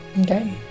Okay